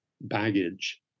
baggage